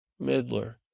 Midler